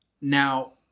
Now